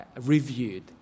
reviewed